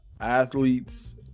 athletes